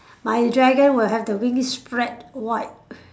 my dragon will have the wing spread wide